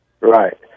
Right